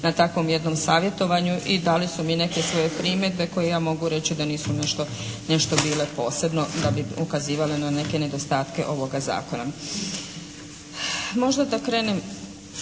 na takvom jednom savjetovanju i dali su mi neke svoje primjedbe koje ja mogu reći da nisu nešto bile posebno da bi ukazivale na neke nedostatke ovoga zakona. Možda da krenem